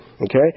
Okay